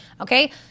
Okay